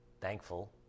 thankful